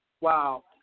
Wow